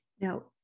Now